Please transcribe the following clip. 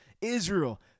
Israel